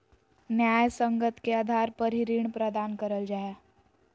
न्यायसंगत के आधार पर ही ऋण प्रदान करल जा हय